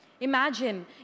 Imagine